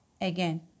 again